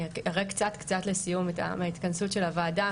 אני אראה קצת לסיום מההכנסות של הוועדה.